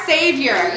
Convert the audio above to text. Savior